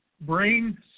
brain